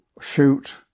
shoot